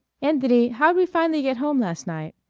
anthony, how'd we finally get home last night?